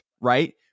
Right